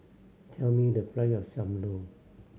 tell me the price of Sam Lau